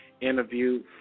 interview